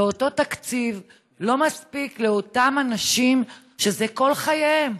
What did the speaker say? ואותו תקציב לא מספיק לאותם אנשים שאלה כל חייהם,